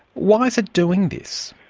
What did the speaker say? why is it doing this?